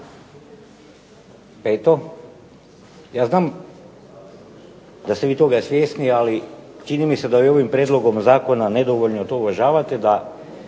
Peto, ja znam da ste vi toga svjesni, ali čini mi se da i ovim prijedlogom zakona nedovoljno to uvažavate, da